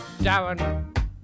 Darren